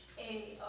a